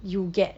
you get